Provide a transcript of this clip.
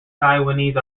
taiwanese